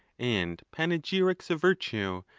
and panegyrics of virtue,